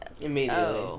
Immediately